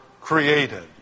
created